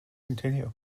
continue